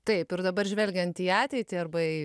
taip ir dabar žvelgiant į ateitį arba į